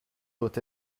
doit